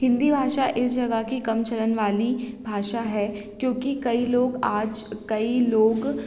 हिंदी भाषा इस जगह की कम चरण वाली भाषा है क्योंकि कई लोग आज कई लोग